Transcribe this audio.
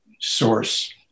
source